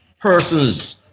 persons